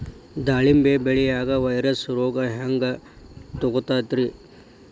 ದಾಳಿಂಬಿ ಬೆಳಿಯಾಗ ವೈರಸ್ ರೋಗ ಹ್ಯಾಂಗ ಗೊತ್ತಾಕ್ಕತ್ರೇ?